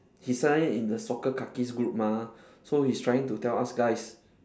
he signed it in the soccer kakis group mah so he's trying to tell us guys